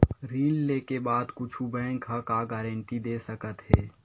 ऋण लेके बाद कुछु बैंक ह का गारेंटी दे सकत हे?